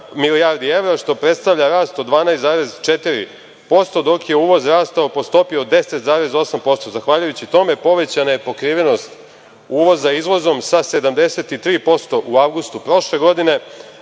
milijardi evra, što predstavlja rast od 12,4% dok je uvoz rastao po stopi od 10,8%. Zahvaljujući tome povećana je pokrivenost uvoza sa izvozom sa 73% u avgustu prošle godine